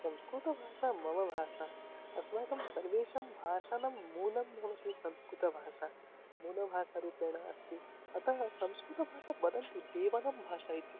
संस्कृतभाषा मम भाषा अस्माकं सर्वेषां भाषाणां मूलं भवति संस्कृतभाषा मूलभाषारूपेण अस्ति अतः संस्कृतभाषा वदन्ति देवानां भाषा इति